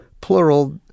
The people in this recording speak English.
plural